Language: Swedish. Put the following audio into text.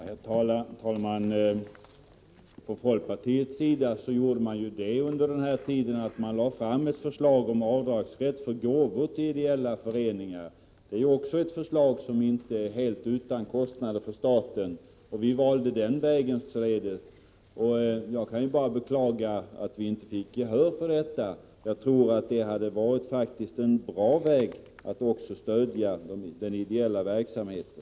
Herr talman! Från folkpartiets sida lade man fram under den borgerliga tiden ett förslag om rätt till avdrag för gåvor till ideella föreningar. Det är också ett förslag som inte är helt utan kostnader för staten, men vi valde den vägen. Jag kan bara beklaga att vi inte fick gehör för det förslaget. Jag tror att det faktiskt hade varit ett bra sätt att stödja den ideella verksamheten.